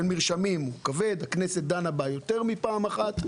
מרשמים הכנסת דנה בו יותר מפעם אחת.